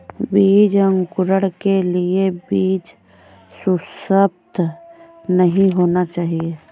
बीज अंकुरण के लिए बीज सुसप्त नहीं होना चाहिए